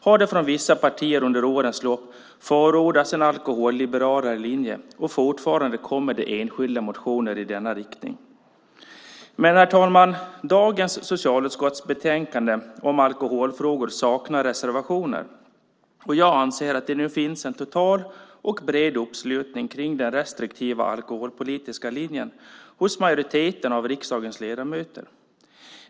Det har från vissa partier under årens lopp förordats en alkoholliberalare linjer och fortfarande kommer det enskilda motioner i denna riktning. Herr talman! Dagens socialutskottsbetänkande om alkoholfrågor saknar reservationer. Jag anser att det nu finns en total och bred uppslutning kring den restriktiva alkoholpolitiska linjen hos majoriteten av riksdagens ledamöter.